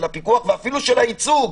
של הפיקוח ואפילו של הייצוג.